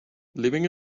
living